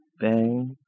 Bang